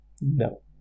No